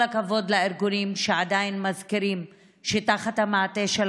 כל הכבוד לארגונים שעדיין מזכירים שתחת המעטה של